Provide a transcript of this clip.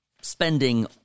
spending